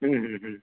हूँ हूँ हूँ